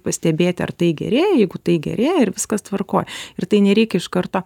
pastebėti ar tai gerėja jeigu tai gerėja ir viskas tvarkoj ir tai nereikia iš karto